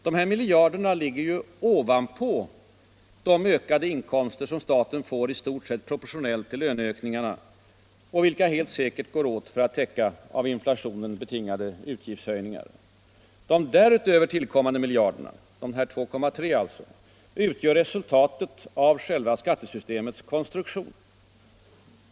Dessa miljarder ligger ovanpå de ökade inkomster som staten får i stort sett proportionellt till löneökningarna och vilka helt säkert går åt för att täcka av inflationen betingade utgiftshöjningar. De därutöver tillkommande miljarderna utgör alltså resultatet av skattesystemets konstruktion.